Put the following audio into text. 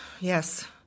Yes